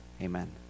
Amen